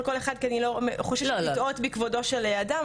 כל אחד כי אני חוששת לטעות בכבוד של אדם,